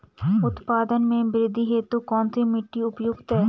उत्पादन में वृद्धि हेतु कौन सी मिट्टी उपयुक्त है?